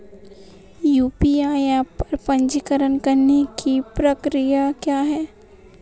UPI app पर पंजीकरण करने की प्रक्रिया क्या है?